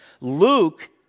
Luke